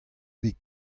bet